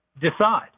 decide